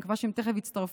אני מקווה שהם תכף יצטרפו,